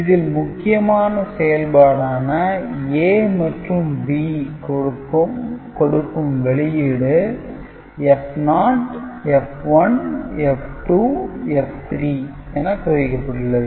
இதில் முக்கிய செயல்பாடான A மற்றும் B கொடுக்கும் வெளியீடு F0 F1 F2 F3 என குறிக்கப்பட்டுள்ளது